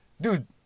dude